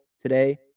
today